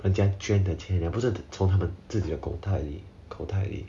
人家捐的钱不是从他们自己的口袋里的口袋里